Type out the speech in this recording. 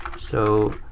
so,